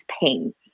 pain